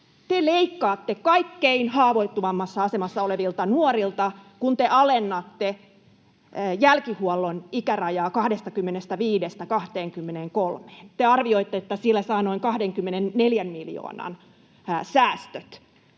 leikkaatte kaikkein haavoittuvimmassa asemassa olevilta nuorilta, kun te alennatte jälkihuollon ikärajaa 25:stä 23 vuoteen. Te arvioitte, että sillä saa noin 24 miljoonan euron säästöt.